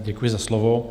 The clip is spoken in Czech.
Děkuji za slovo.